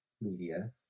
media